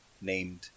named